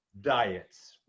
diets